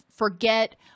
forget